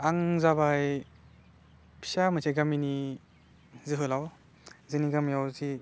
आं जाबाय फिसा मोनसे गामिनि जोहोलाव जोंनि गामिआव जे